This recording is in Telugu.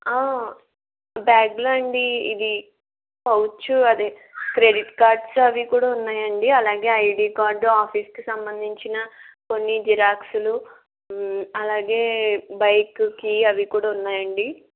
బ్యాగ్లో అండి ఇది పౌచు అదే క్రెడిట్ కార్డ్స్ అవి కూడా ఉన్నాయి అండి అలాగే ఐడి కార్డు ఆఫీస్కి సంబంధించిన కొన్ని జిరాక్స్లు అలాగే బైక్కి అవి కూడా ఉన్నాయి అండి